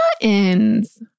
buttons